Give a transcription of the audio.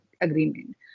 agreement